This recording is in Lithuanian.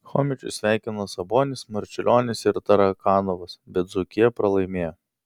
chomičių sveikino sabonis marčiulionis ir tarakanovas bet dzūkija pralaimėjo